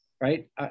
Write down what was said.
right